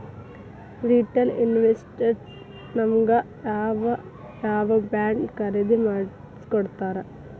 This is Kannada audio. ರಿಟೇಲ್ ಇನ್ವೆಸ್ಟರ್ಸ್ ನಮಗ್ ಯಾವ್ ಯಾವಬಾಂಡ್ ಖರೇದಿ ಮಾಡ್ಸಿಕೊಡ್ತಾರ?